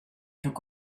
took